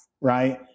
right